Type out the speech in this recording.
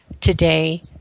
today